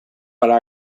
para